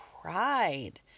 cried